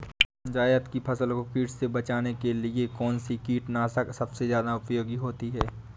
जायद की फसल को कीट से बचाने के लिए कौन से कीटनाशक सबसे ज्यादा उपयोगी होती है?